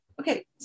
Okay